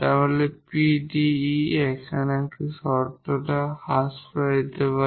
তাহলে এই PDE এখানে শর্তটি হ্রাস করা যেতে পারে